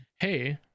hey